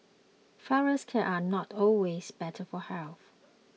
Flourless Cakes are not always better for health